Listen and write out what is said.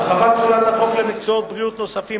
(הרחבת תחולת החוק למקצועות בריאות נוספים),